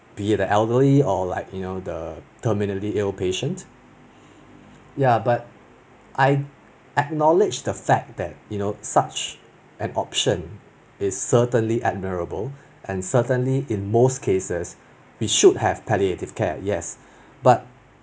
be it the elderly or like you know the terminally ill patient ya but I acknowledge the fact that you know such an option is certainly admirable and certainly in most cases we should have palliative care yes but